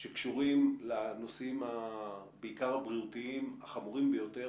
שקשורים לנושאים בעיקר הבריאותיים החמורים ביותר